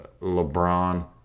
LeBron